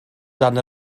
dan